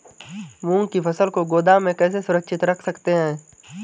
मूंग की फसल को गोदाम में कैसे सुरक्षित रख सकते हैं?